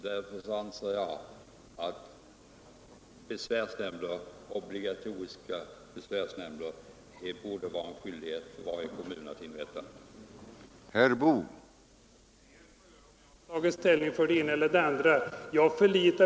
Därför anser jag att det borde vara en skyldighet för varje kommun att inrätta kommunala besvärsnämnder.